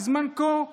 בזמן כה חשוב,